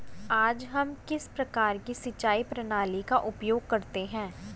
आज हम किस प्रकार की सिंचाई प्रणाली का उपयोग करते हैं?